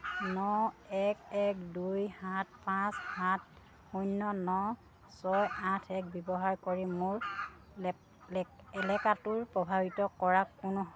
ন এক এক দুই সাত পাঁচ সাত শূন্য ন ছয় আঠ এক ব্যৱহাৰ কৰি মোৰ এলেকাটো প্ৰভাৱিত কৰা কোনো